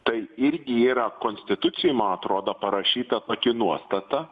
tai irgi yra konstitucijoj man atrodo parašyta pati nuostata